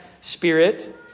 spirit